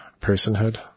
personhood